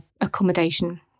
accommodation